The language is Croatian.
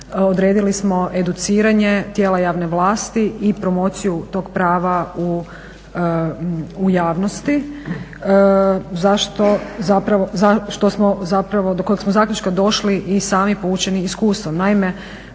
odredili smo educiranje tijela javne vlasti i promociju tog prava u javnosti, do kojeg smo zaključka došli i sami povučeni iskustvom.